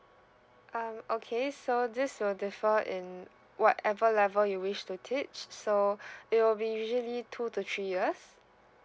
um okay so this will differ in whatever level you wish to teach so it will be usually two to three years